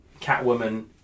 Catwoman